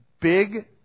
big